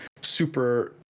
super